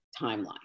timeline